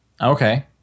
Okay